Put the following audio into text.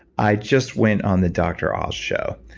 i just went on the dr. oz show.